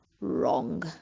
wrong